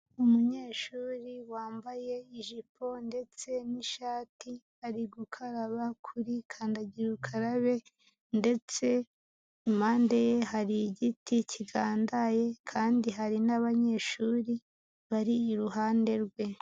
Umunyeshuri wambaye ijipo ndetse n'ishati ari gukaraba kuri kandagira ukarabe ndetse impande ye hari igiti kigandaye kandi hari n'abanyeshuri bari iruhande rwe.